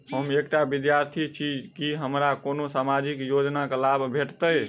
हम एकटा विद्यार्थी छी, की हमरा कोनो सामाजिक योजनाक लाभ भेटतय?